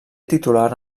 titular